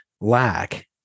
lack